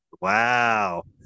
Wow